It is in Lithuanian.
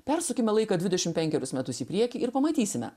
persukime laiką dvidešimt penkerius metus į priekį ir pamatysime